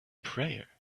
prayer